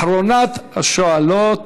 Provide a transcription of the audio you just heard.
אחרונת השואלות